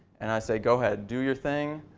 and i say go ahead, do your thing'.